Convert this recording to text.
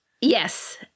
Yes